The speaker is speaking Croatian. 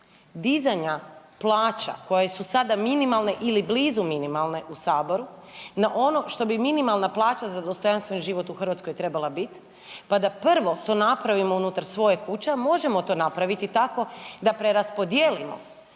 dizanja plaća koje su sada minimalne ili blizu minimalne u Saboru na ono što bi minimalna plaća za dostojanstven život u Hrvatskoj trebala biti pa da prvo to napravimo unutar svoje kuće, a možemo to napraviti tako da preraspodijelimo